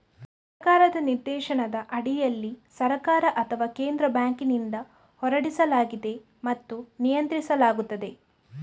ಸರ್ಕಾರದ ನಿರ್ದೇಶನದ ಅಡಿಯಲ್ಲಿ ಸರ್ಕಾರ ಅಥವಾ ಕೇಂದ್ರ ಬ್ಯಾಂಕಿನಿಂದ ಹೊರಡಿಸಲಾಗಿದೆ ಮತ್ತು ನಿಯಂತ್ರಿಸಲಾಗುತ್ತದೆ